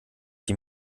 die